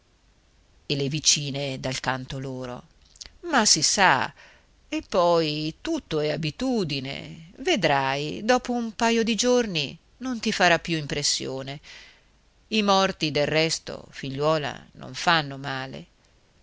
e le vicine dal canto loro ma si sa e poi tutto è abitudine vedrai dopo un pajo di giorni non ti farà più impressione i morti del resto figliuola non fanno male